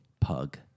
pug